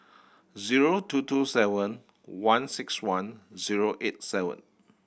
zero two two seven one six one zero eight seven